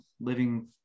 living